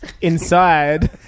Inside